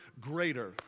greater